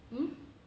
hmm